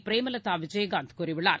பிரேமலதா விஜயகாந்த் கூறியுள்ளார்